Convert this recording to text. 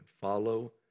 Follow